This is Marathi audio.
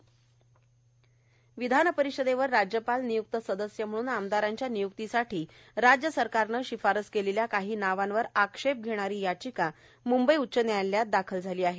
आक्षेप घेणारी याचिका विधान परिषदेवर राज्यपाल निय्क्त सदस्य म्हणून आमदारांच्या निय्क्तीसाठी राज्य सरकारने शिफारस केलेल्या काही नावांवर आक्षेप घेणारी याचिका म्ंबई उच्च न्यायालयात दाखल झाली आहे